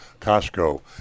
Costco